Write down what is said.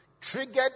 triggered